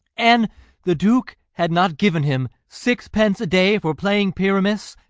an the duke had not given him sixpence a day for playing pyramus,